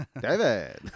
David